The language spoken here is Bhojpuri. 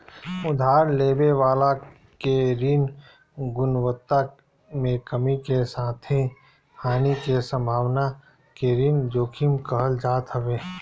उधार लेवे वाला के ऋण गुणवत्ता में कमी के साथे हानि के संभावना के ऋण जोखिम कहल जात हवे